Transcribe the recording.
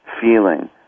feeling